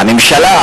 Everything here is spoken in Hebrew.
הממשלה,